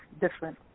different